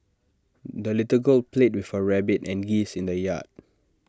the little girl played with her rabbit and geese in the yard